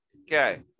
Okay